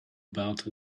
about